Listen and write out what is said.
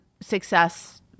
success